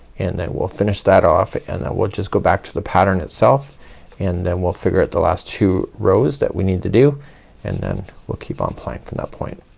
and then we'll finish that off and we'll just go back to the pattern itself and then we'll figure out the last two rows that we need to do and then we'll keep on playing to that point.